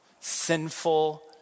sinful